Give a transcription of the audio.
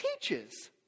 teaches